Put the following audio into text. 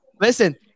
Listen